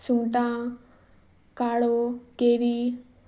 सुंगटां काळो केरी